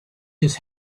his